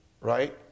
Right